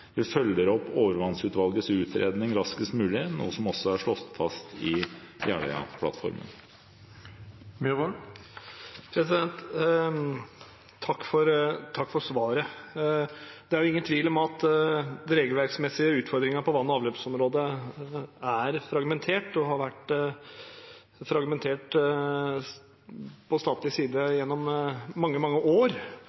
Vi følger opp overvannsutvalgets utredning raskest mulig, noe som også er slått fast i Jeløya-plattformen. Takk for svaret. Det er ingen tvil om at de regelverksmessige utfordringene på vann- og avløpsområdet er fragmentert og har vært fragmentert på statlig side